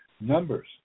numbers